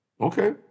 Okay